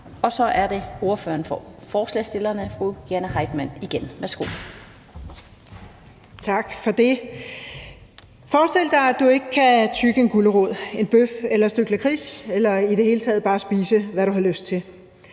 Forhandling (Ordfører for forespørgerne) Jane Heitmann (V): Tak for det. Forestil dig, at du ikke kan tygge en gulerod, en bøf eller et stykke lakrids eller i det hele taget bare spise, hvad du har lyst til.